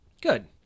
good